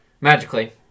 magically